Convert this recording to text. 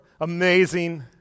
amazing